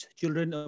children